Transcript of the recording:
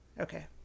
okay